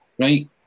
Right